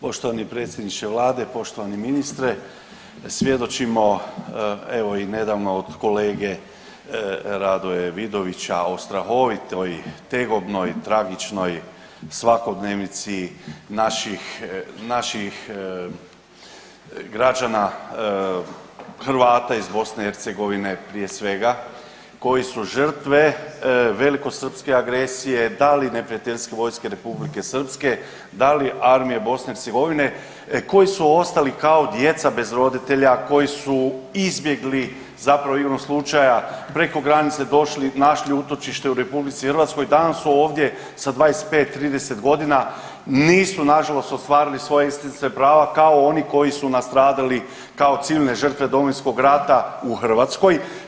Poštovani predsjedniče vlade, poštovani ministre svjedočimo evo i nedavno od kolege Radoje Vidovića o strahovitoj tegobnoj, tragičnoj svakodnevici naših, naših građana, Hrvata iz BiH prije svega koji su žrtve velikosrpske agresije, da li neprijateljske vojske Republike Srpske, da li armije BiH, koji su ostali kao djeca bez roditelja, koji su izbjegli zapravo igrom slučaja preko granice došli, našli utočište u RH i danas su ovdje sa 25, 30 godina, nisu nažalost ostvarili svoja … kao oni koji su nastradali kao civilne žrtve Domovinskog rata u Hrvatskoj.